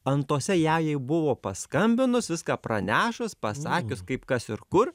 antosia jajai buvo paskambinus viską pranešus pasakius kaip kas ir kur